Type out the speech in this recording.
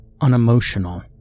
unemotional